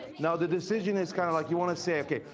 now, the decision is kind of like you want to say, okay,